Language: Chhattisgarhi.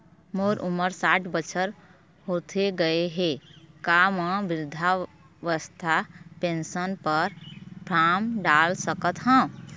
मोर उमर साठ बछर होथे गए हे का म वृद्धावस्था पेंशन पर फार्म डाल सकत हंव?